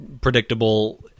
predictable